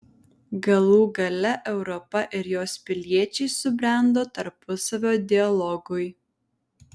galų gale europa ir jos piliečiai subrendo tarpusavio dialogui